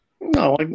No